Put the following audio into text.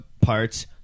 Parts